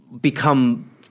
become